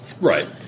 Right